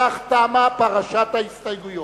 בכך תמה פרשת ההסתייגויות.